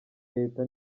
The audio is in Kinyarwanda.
leta